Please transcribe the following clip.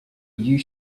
you